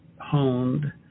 honed